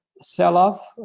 sell-off